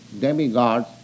demigods